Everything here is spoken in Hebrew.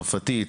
צרפתית,